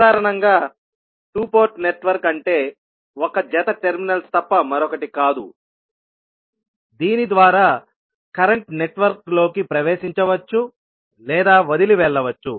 సాధారణంగా 2 port network అంటే ఒక జత టెర్మినల్స్ తప్ప మరొకటి కాదు దీని ద్వారా కరెంట్ నెట్వర్క్లోకి ప్రవేశించవచ్చు లేదా వదిలివెళ్ళవచ్చు